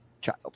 child